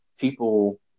people